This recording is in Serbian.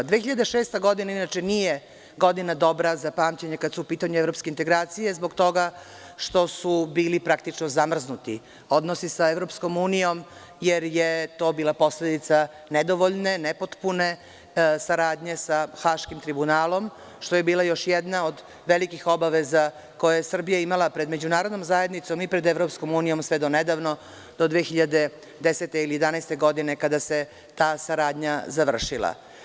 Godina 2006. inače nije godina dobra za pamćenje kada su upitanju srpske integracije zbog toga što su bili praktično zamrznuti odnosi sa EU jer je to bila posledica nedovoljne, nepotpune saradnje sa Haškim tribunalom, što je bila još jedna od velikih obaveza koje je Srbija imala pred međunarodnom zajednicom i pred EU sve do nedavno, do 2010. ili 2011. godine kada se ta saradnja završila.